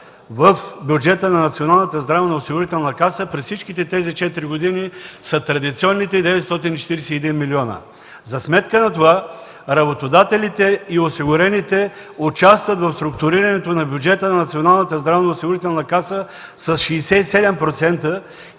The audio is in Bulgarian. делът на държавата в бюджета на НЗОК през всичките тези четири години са традиционните 941 милиона. За сметка на това работодателите и осигурените участват в структурирането на бюджета на Националната здравноосигурителна каса с 67%